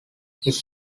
his